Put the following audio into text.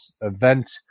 event